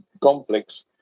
complex